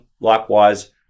likewise